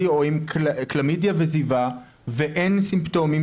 או עם כלמידיה וזיבה ואין סימפטומים.